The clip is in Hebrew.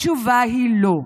התשובה היא: לא.